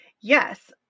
Yes